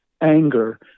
anger